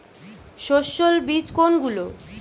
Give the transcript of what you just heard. সস্যল বীজ কোনগুলো?